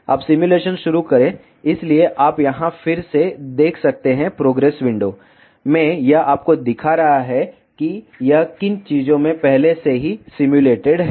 अब सिमुलेशन शुरू करें इसलिए आप यहां फिर से देख सकते हैं प्रोग्रेस विंडो में यह आपको दिखा रहा है कि यह किन चीजों में पहले से ही सिम्युलेटेड है